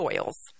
oils